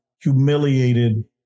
humiliated